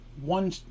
one